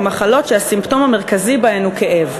מחלות שהסימפטום המרכזי בהן הוא כאב,